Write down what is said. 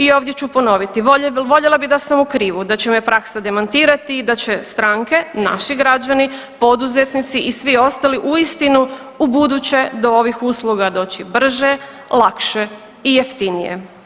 I ovdje ću ponoviti voljela bi da sam u krivu, da će me praksa demantirati i da će stranke, naši građani, poduzetnici i svi ostali uistinu ubuduće do ovih usluga doći brže, lakše i jeftinije.